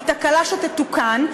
היא תקלה שתתוקן.